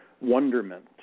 wonderment